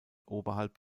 oberhalb